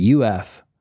UF